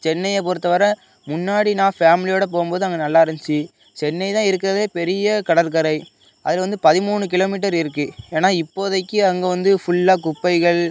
சென்னையை பொருத்த வரை முன்னாடி நான் ஃபேமிலியோடய போகும் போது அங்கே நல்லாருஞ்சு சென்னை தான் இருக்கிறதுலே பெரிய கடற்கரை அதில் வந்து பதிமூணு கிலோ மீட்டர் இருக்குது ஏன்னால் இப்போதைக்கு அங்கே வந்து ஃபுல்லாக குப்பைகள்